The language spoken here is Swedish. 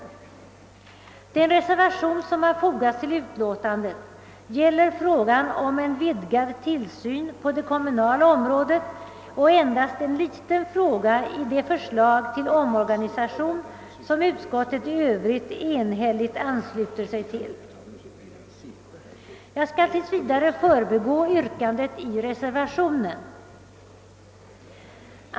Den motiverade reservation som fogats till betänkandet gäller frågan om en vidgad tillsyn på det kommunala området, som endast utgör en detalj i det förslag till omorganisation vilket utskottet i övrigt enhälligt ansluter sig till. Jag skall tills vidare förbigå yrkandet i den motiverade reservationen.